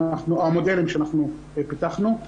את המודלים שאנחנו פיתחנו.